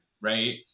right